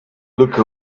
look